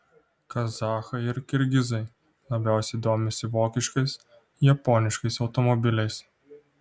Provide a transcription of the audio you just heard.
kazachai ir kirgizai labiausiai domisi vokiškais japoniškais automobiliais